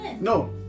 No